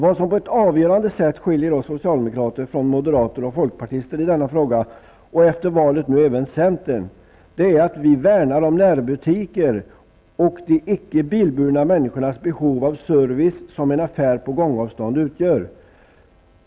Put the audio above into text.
Vad som på ett avgörande sätt skiljer oss socialdemokrater från moderater och folkpartister i denna fråga -- och efter valet även centern -- är att vi värnar om närbutiker och de icke bilburna människornas behov av den service som en affär inom gångavstånd ger.